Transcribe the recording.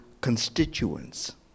constituents